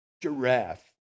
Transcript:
Giraffe